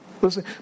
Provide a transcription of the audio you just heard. listen